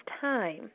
time